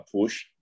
push